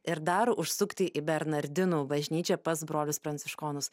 ir dar užsukti į bernardinų bažnyčią pas brolius pranciškonus